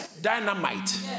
dynamite